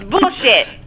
bullshit